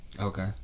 okay